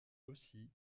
aussi